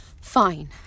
Fine